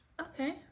Okay